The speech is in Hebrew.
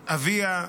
ששוחררה,